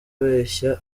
abeshya